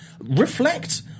reflect